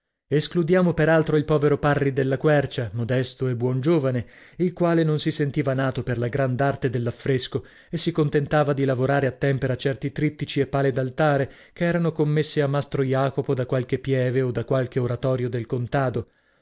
escludiamo per altro il povero parri della quercia modesto e buon giovane il quale non si sentiva nato per la grand'arte dell'affresco e si contentava di lavorare a tempera certi trittici e pale d'altare che erano commesse a mastro jacopo da qualche pieve o da qualche oratorio del contado